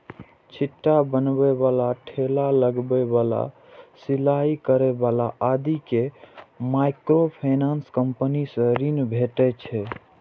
छिट्टा बनबै बला, ठेला लगबै बला, सिलाइ करै बला आदि कें माइक्रोफाइनेंस कंपनी सं ऋण भेटै छै